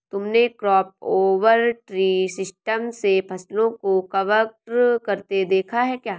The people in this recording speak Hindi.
तुमने क्रॉप ओवर ट्री सिस्टम से फसलों को कवर करते देखा है क्या?